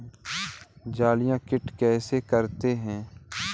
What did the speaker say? जलीय कीट किसे कहते हैं?